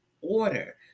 order